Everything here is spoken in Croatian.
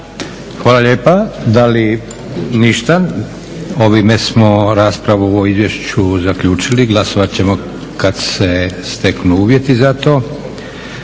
Hvala lijepa. Ovim smo raspravu o izvješću zaključili. Glasat ćemo kada se steknu uvjeti za to.